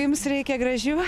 jums reikia gražių